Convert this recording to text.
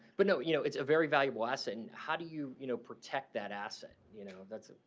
but, no, you know, it's a very valuable lesson. how do you, you know, protect that asset? you know that's.